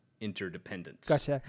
interdependence